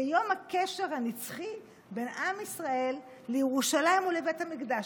כיום הקשר הנצחי בין עם ישראל לירושלים ובית המקדש.